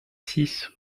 six